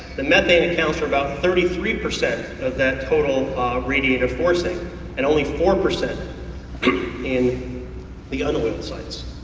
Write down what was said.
the methane accounts for about thirty three percent of that total radiative forcing and only four percent in the unoiled sites.